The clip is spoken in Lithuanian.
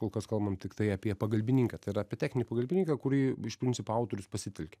kol kas kalbam tiktai apie pagalbininką tai yra apie techninį pagalbininką kurį iš principo autorius pasitelkia